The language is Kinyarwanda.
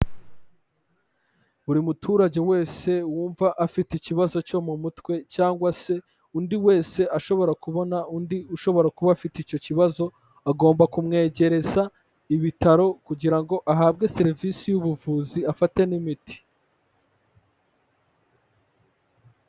Buri muturage wese wumva afite ikibazo cyo mu mutwe cyangwa se undi wese ashobora kubona undi ushobora kuba afite icyo kibazo agomba kumwegereza ibitaro kugira ngo ahabwe serivise y'ubuvuzi afate n'imiti.